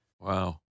Wow